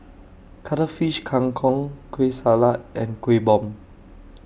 Cuttlefish Kang Kong Kueh Salat and Kuih Bom